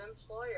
employer